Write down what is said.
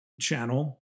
channel